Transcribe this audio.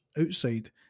outside